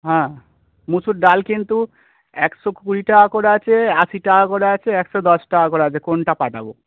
হ্যাঁ মুসুর ডাল কিন্তু একশো কুড়ি টাকা করে আছে আশি টাকা করে আছে একশো দশ টাকা করে আছে কোনটা পাঠাবো